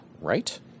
right